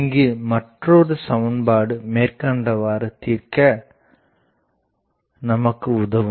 இங்கு மற்றொரு சமன்பாடு மேற்கண்டவற்றை தீர்க்க நமக்கு உதவும்